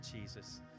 Jesus